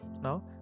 now